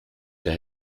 der